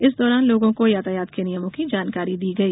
इस दौरान लोगों को यातायात के नियमों की जानकारी दी गई